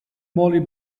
molly